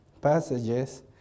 passages